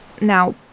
Now